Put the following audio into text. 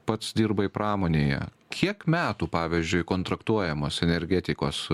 pats dirbai pramonėje kiek metų pavyzdžiui kontraktuojamos energetikos